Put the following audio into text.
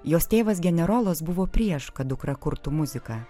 jos tėvas generolas buvo prieš dukra kurtų muziką